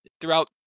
throughout